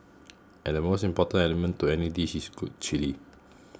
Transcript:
and the most important element to any dish is good chilli